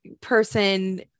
person